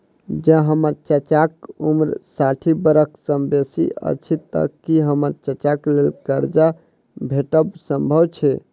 जँ हम्मर चाचाक उम्र साठि बरख सँ बेसी अछि तऽ की हम्मर चाचाक लेल करजा भेटब संभव छै?